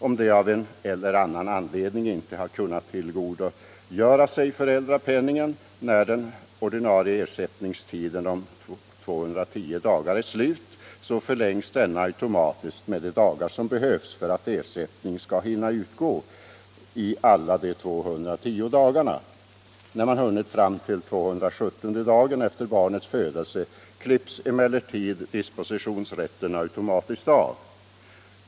Om de av en eller annan anledning inte har kunnat tillgodogöra sig föräldrapenningen när den ordinarie ersättningstiden om 210 dagar är slut, så förlängs denna automatiskt med de dagar som behövs för att ersättning skall hinna utgå för alla de 210 dagarna. När man hunnit fram till 270:e dagen efter barnets födelse, klipps emellertid dispositionsrätten automatiskt av.